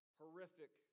horrific